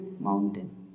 mountain